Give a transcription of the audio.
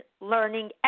learning